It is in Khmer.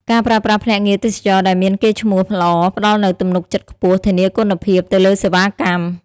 ការប្រើប្រាស់ភ្នាក់ងារទេសចរណ៍ដែលមានកេរ្តិ៍ឈ្មោះល្អ ផ្តល់នូវទំនុកចិត្តខ្ពស់ ធានាគុណភាពទៅលើសេវាកម្ម។